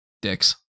Dicks